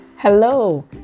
Hello